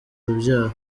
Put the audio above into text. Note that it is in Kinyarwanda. urubyaro